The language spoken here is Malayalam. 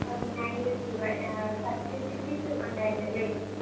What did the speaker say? പതിനായിരം രൂപ ആ സർട്ടിഫിക്കറ്റ് ഉണ്ടായിരുന്നല്ലേ